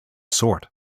sort